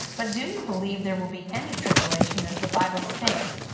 but do you believe there will be any tribulation as the vital states.